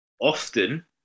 often